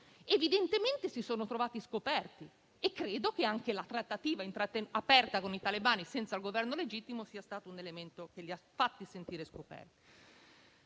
Evidentemente si sono trovati scoperti e credo che anche la trattativa aperta con i talebani senza il Governo legittimo sia stato un elemento che li ha fatti sentire scoperti.